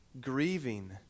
grieving